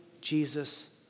Jesus